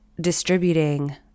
distributing